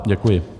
Děkuji.